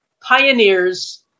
pioneers